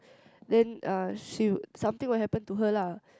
then uh she would something will happen to her lah